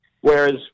whereas